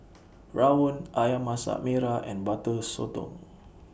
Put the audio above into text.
Rawon Ayam Masak Merah and Butter Sotong